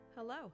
Hello